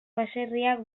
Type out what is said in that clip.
baserriak